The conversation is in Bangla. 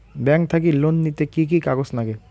ব্যাংক থাকি লোন নিতে কি কি কাগজ নাগে?